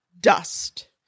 dust